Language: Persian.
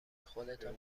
خودتون